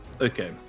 Okay